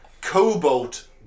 cobalt